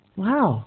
wow